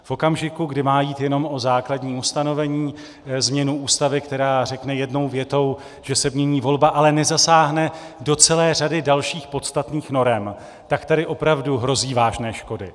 V okamžiku, kdy má jít jenom o základní ustanovení, změnu Ústavy, která řekne jednou větou, že se mění volba, ale nezasáhne do celé řady dalších podstatných norem, tak tady opravdu hrozí vážné škody.